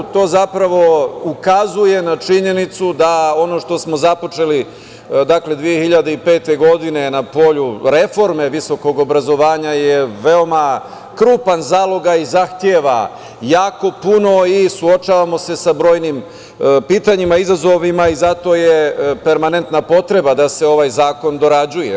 To zapravo ukazuje na činjenicu da ono što smo započeli 2005. godine na polju reforme viskog obrazovanja je veoma krupan zalogaj, zahteva jako puno i suočavamo se sa brojnim pitanjima, izazovima i zato je permanentna potreba da se ovaj zakon dorađuje.